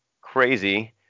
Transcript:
crazy